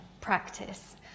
practice